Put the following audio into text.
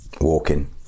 walking